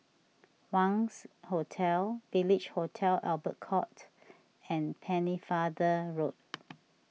Wangz Hotel Village Hotel Albert Court and Pennefather Road